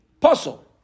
Puzzle